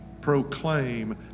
proclaim